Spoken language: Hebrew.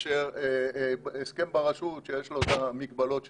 מאשר הסכם בר רשות שיש לו את המגבלות שלו.